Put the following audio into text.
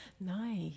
Nice